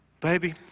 Baby